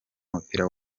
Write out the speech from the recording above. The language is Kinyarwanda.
w’umupira